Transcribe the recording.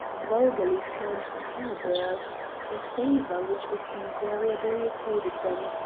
vulgarly termed httreburs, a favour which was invariably accorded them,